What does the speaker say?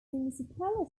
municipality